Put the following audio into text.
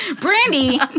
Brandy